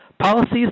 Policies